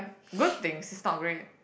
good things is not great